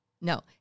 No